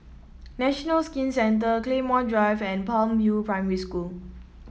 National Skin Centre Claymore Drive and Palm View Primary School